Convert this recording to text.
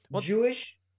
jewish